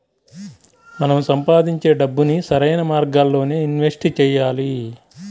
మనం సంపాదించే డబ్బుని సరైన మార్గాల్లోనే ఇన్వెస్ట్ చెయ్యాలి